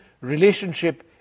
relationship